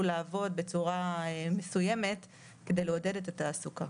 לעבוד בצורה מסוימת כדי לעודד את התעסוקה.